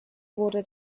wurde